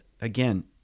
again